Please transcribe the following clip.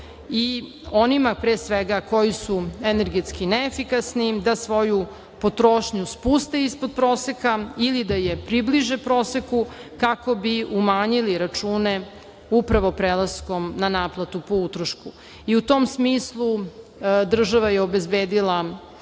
i onima pre svega koji su energetski neefikasni da svoju potrošnju spuste ispod proseka ili da je približe proseku, kako bi umanjili račune upravo prelaskom na naplatu po utrošku. U tom smislu, država je obezbedila